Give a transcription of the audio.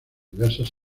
diversas